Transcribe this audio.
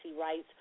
rights